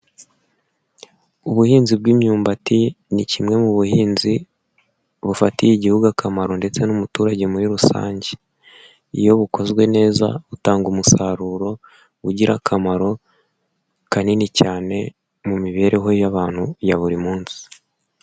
Ubuhinzi bw'imyumbati ni kimwe mu buhinzi bufatiye Igihugu akamaro ndetse n'umuturage muri rusange. Iyo bukozwe neza butanga umusaruro ugira akamaro kanini cyane mu mibereho y'abantu ya buri munsi.